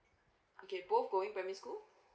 okay both going primary school